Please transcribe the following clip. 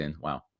wow